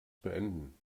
beenden